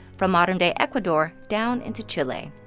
from modern day ecuador down into chile.